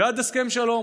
בעד הסכם שלום.